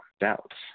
doubts